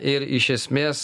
ir iš esmės